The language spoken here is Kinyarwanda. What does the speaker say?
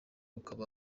ukaba